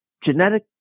genetic